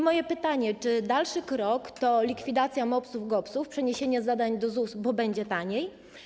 Moje pytanie: Czy dalszy krok to likwidacja MOPS-ów, GOPS-ów, przeniesienie zdań do ZUS, bo będzie taniej?